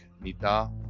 Nita